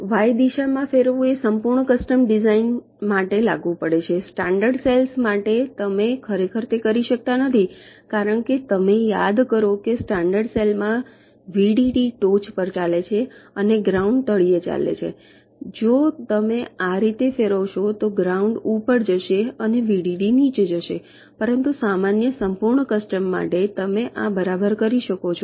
Y દિશામાં ફેરવવું એ સંપૂર્ણ કસ્ટમ ડિઝાઇન માટે લાગુ પડે છે સ્ટાન્ડર્ડ સેલ્સ માટે તમે ખરેખર તે કરી શકતા નથી કારણ કે તમે યાદ કરો કે સ્ટાન્ડર્ડ સેલ્સ માં વીડીડી ટોચ પર ચાલે છે અને ગ્રાઉન્ડ તળિયે ચાલે છે જો તમે આ રીતે ફેરવશો તો ગ્રાઉન્ડ ઉપર જશે અને વીડીડી નીચે જશે પરંતુ સામાન્ય સંપૂર્ણ કસ્ટમ માટે તમે આ બરાબર કરી શકો છો